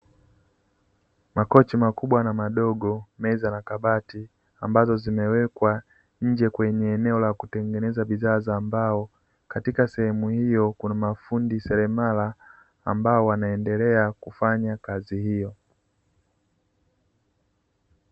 Makochi makubwa na madogo meza na kabati ambazo zimewekwa nje kwenye eneo la kutengeneza bidhaa za mbao katika sehemu hiyo kuna mafundi seremala ambao wanaendelea kufanya kazi hiyo.